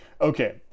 Okay